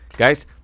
Guys